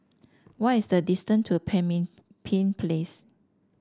what is the distance to Pemimpin Place